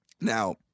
Now